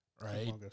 right